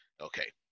Okay